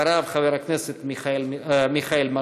אחריו, חבר הכנסת מיכאל מלכיאלי.